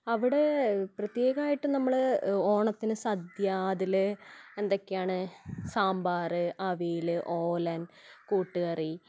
അവിടെ പ്രത്യേകമായിട്ട് നമ്മൾ ഓണത്തിന് സദ്യ അതിൽ എന്തൊക്കെയാണ് സാമ്പാർ അവിയൽ ഓലൻ കൂട്ടുകറി